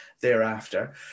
thereafter